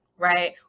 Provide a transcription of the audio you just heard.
right